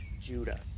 Judah